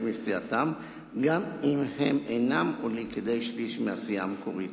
מסיעתם גם אם הם אינם עולים כדי שליש מהסיעה המקורית.